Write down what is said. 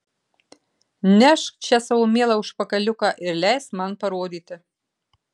nešk čia savo mielą užpakaliuką ir leisk man parodyti